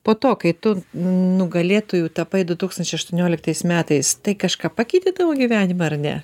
po to kai tu nugalėtoju tapai du tūkstančiai aštuonioliktais metais tai kažką pakeitė tavo gyvenimą ardė